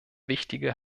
wichtige